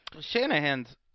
Shanahan's